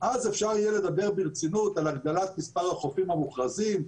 ואז אפשר יהיה לדבר ברצינות על הגדלת מספר החופים המוכרזים,